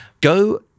go